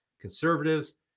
conservatives